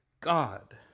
God